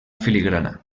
filigrana